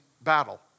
battle